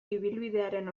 ibilbidearen